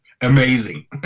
amazing